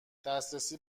دسترسی